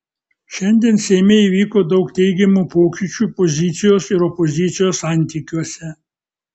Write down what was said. šiandien seime įvyko daug teigiamų pokyčių pozicijos ir opozicijos santykiuose